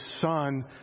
son